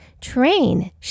Train